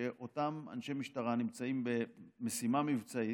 שאותם אנשי משטרה נמצאים במשימה מבצעית,